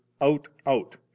out-out